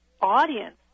audience